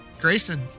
Grayson